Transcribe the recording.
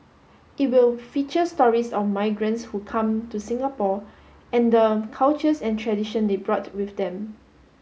it will feature stories of migrants who come to Singapore and the cultures and tradition they brought with them